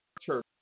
church